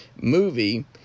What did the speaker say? movie